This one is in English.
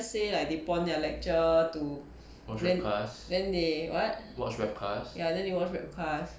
say like the they pon their lecture to then then they what ya then they watch webcast